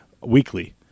weekly